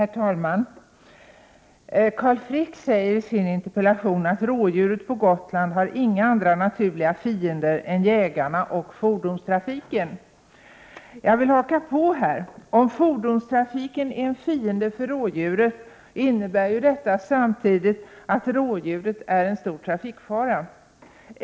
Herr talman! Carl Frick säger i sin interpellation att rådjuren på Gotland inte har några andra naturliga fiender än jägarna och fordonstrafiken. Jag vill haka på där. Om fordonstrafiken är en fiende för rådjuret innebär ju detta samtidigt att rådjuret är en stor trafikfara.